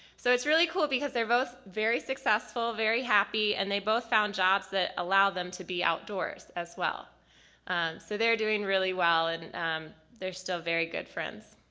so it's really cool because they're both very successful, very happy and they both found jobs that allow them to be outdoors as well so they're doing really well and they're so very good friends.